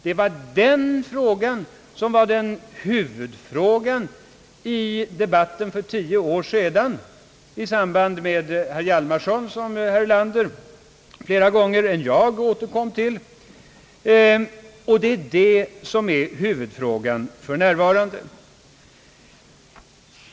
Det var den frågan som var huvudfrågan i debatten för 10 år sedan med herr Hjalmarson, en fråga som herr Erlander flera gånger än jag återkom till. Den frågan är huvudfrågan även för närvarande.